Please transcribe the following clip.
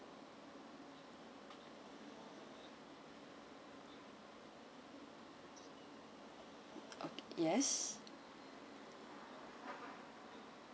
yes